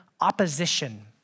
opposition